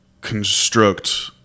construct